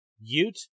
Ute